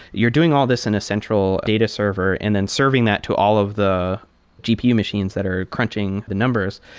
you're doing all this in a central data server and then serving that to all of the gpu machines that are crunching the numbers.